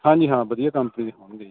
ਹਾਂਜੀ ਹਾਂ ਵਧੀਆ ਕੰਪਨੀ ਦੇ ਹੋਣਗੇ ਜੀ